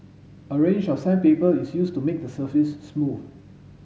a range of sandpaper is used to make the surface smooth